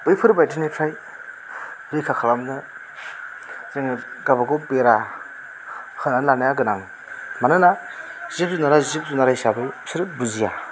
बैफोर बायदिफ्राइ रैखा खालामनो जोङो गावबा गाव बेरा होनानै लानाया गोनां मोनोना जिब जुनारा जिब जुनार हिसाबै बिसोरो बुजिया